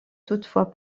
toutefois